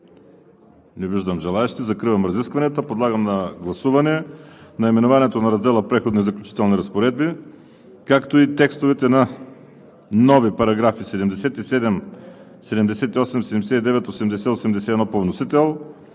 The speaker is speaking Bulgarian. Не виждам желаещи. Закривам разискванията. Подлагам на гласуване наименованието на раздела „Преходни и заключителни разпоредби“; както и текстовете на нови параграфи 77, 78, 79, 80, 81 по вносител;